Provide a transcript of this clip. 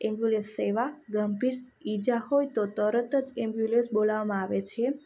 ambulance સેવા ગંભીર ઇજા હોય તો તરત જ એમ્બ્યુલન્સ બોલાવવામાં આવે છે